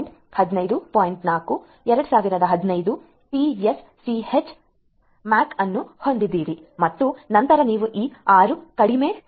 4 2015 TSCH MAC ಅನ್ನು ಹೊಂದಿದ್ದೀರಿ ಮತ್ತು ನಂತರ ನೀವು ಈ 6 ಕಡಿಮೆ ಹೊಂದಿದ್ದೀರಿ ಪ್ಯಾನ್ ಎಚ್ಸಿ